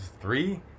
three